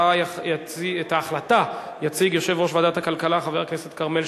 התשע"ב 2012, 12 בעד, שלושה מתנגדים,